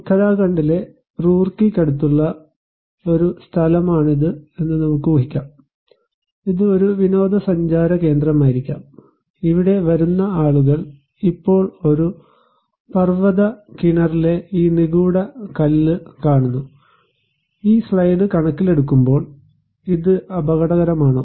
ഉത്തരാഖണ്ഡിലെ റൂർക്കിക്കടുത്തുള്ള സ്ഥലമാണിതെന്ന് നമുക്ക് ഊഹിക്കാം ഇത് ഒരു വിനോദസഞ്ചാര കേന്ദ്രമായിരിക്കാം ഇവിടെ വരുന്ന ആളുകൾ ഇപ്പോൾ ഒരു പർവത കിണറിലെ ഈ നിഗൂഢ കല്ല് കാണുന്നു ഈ സ്ലൈഡ് കണക്കിലെടുക്കുമ്പോൾ ഇത് അപകടകരമാണോ